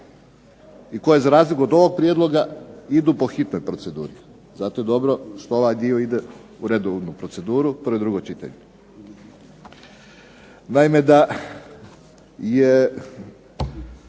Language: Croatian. i koje za razliku od ovog prijedloga idu po hitnoj proceduri, zato je dobro što ovaj dio ide u redovnu proceduru, prvo i drugo čitanje. Naime da je